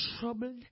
troubled